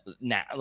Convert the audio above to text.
now